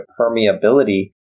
permeability